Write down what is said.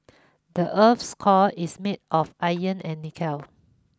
the earth's core is made of iron and nickel